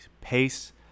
pace